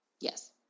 Yes